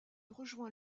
rejoint